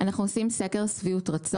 אנחנו עושים סקר שביעות רצון.